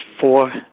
four